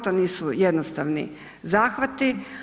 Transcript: To nisu jednostavni zahvati.